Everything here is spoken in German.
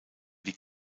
wie